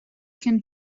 can